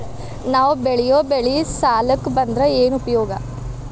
ನಾವ್ ಬೆಳೆಯೊ ಬೆಳಿ ಸಾಲಕ ಬಂದ್ರ ಏನ್ ಉಪಯೋಗ?